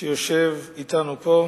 שיושב אתנו פה,